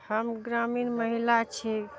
हम ग्रामिण महिला छी